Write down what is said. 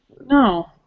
No